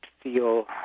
feel